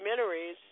documentaries